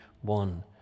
one